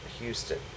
Houston